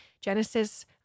Genesis